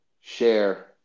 share